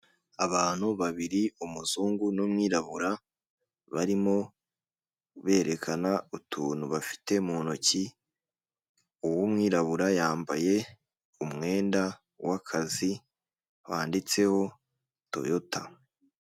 Abantu babiri umuzungu n'mwirabura barimo berekana utuntu bafite mu ntoki uw'umwirabura yambaye umwenda w'akazi wanditseho toyota.